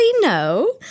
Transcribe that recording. no